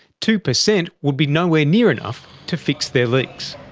two percent would be nowhere near enough to fix their leaks.